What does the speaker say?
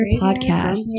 podcast